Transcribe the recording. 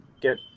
get